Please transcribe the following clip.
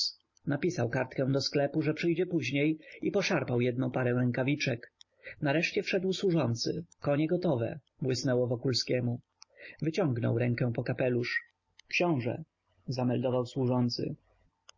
napisał kartkę do sklepu że przyjdzie później i poszarpał jednę parę rękawiczek nareszcie wszedł służący konie gotowe błysnęło wokulskiemu wyciągnął rękę po kapelusz książe zameldował służący